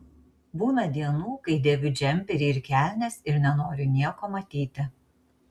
būna dienų kai dėviu džemperį ir kelnes ir nenoriu nieko matyti